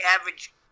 average